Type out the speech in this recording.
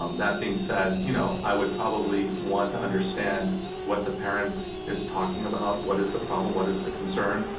um that being said, you know i would probably want to understand what the parent is talking about, what is the problem, what is the concern.